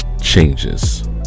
changes